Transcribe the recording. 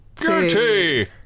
Guilty